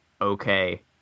okay